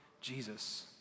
Jesus